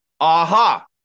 aha